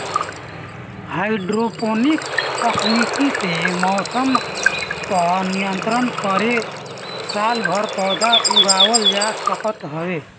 hydroponic तकनीकी में मौसम पअ नियंत्रण करके सालभर पौधा उगावल जा सकत हवे